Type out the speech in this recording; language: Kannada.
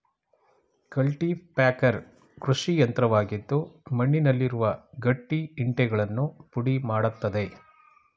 ಕಲ್ಟಿಪ್ಯಾಕರ್ ಕೃಷಿಯಂತ್ರವಾಗಿದ್ದು ಮಣ್ಣುನಲ್ಲಿರುವ ಗಟ್ಟಿ ಇಂಟೆಗಳನ್ನು ಪುಡಿ ಮಾಡತ್ತದೆ